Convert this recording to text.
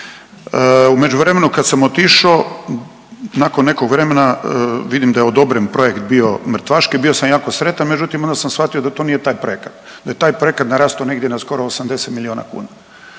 U međuvremenu kad sam otišao nakon nekog vremena vidim da je odobren projekt bio Mrtvaške, bio sam jako sretan međutim onda sam shvatio da to nije taj projekat, da je taj projekat narastao negdje na skoro 80 miliona kuna.